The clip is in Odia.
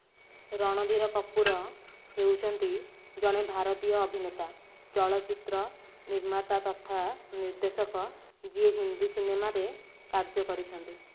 ରଣଧୀର କପୁର ହେଉଛନ୍ତି ଜଣେ ଭାରତୀୟ ଅଭିନେତା ଚଳଚ୍ଚିତ୍ର ନିର୍ମାତା ତଥା ନିର୍ଦ୍ଦେଶକ ଯିଏ ହିନ୍ଦୀ ସିନେମାରେ କାର୍ଯ୍ୟ କରିଛନ୍ତି